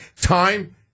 Time